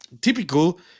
Typical